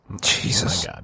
Jesus